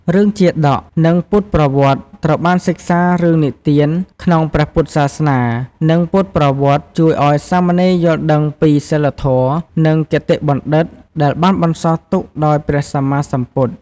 រឿងជាតក និងពុទ្ធប្រវត្តិ ត្រូវសិក្សារឿងនិទានក្នុងព្រះពុទ្ធសាសនា និងពុទ្ធប្រវត្តិជួយឱ្យសាមណេរយល់ដឹងពីសីលធម៌ និងគតិបណ្ឌិតដែលបានបន្សល់ទុកដោយព្រះសម្មាសម្ពុទ្ធ។